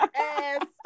ass